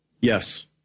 Yes